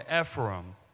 Ephraim